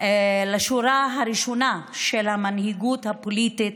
לשורה הראשונה של המנהיגות הפוליטית,